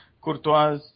courtois